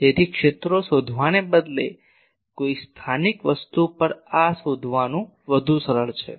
તેથી ક્ષેત્રો શોધવાને બદલે કોઈ સ્થાનિક વસ્તુ પર આ શોધવાનું વધુ સરળ છે